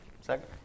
Second